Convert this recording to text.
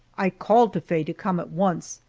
i called to faye to come at once,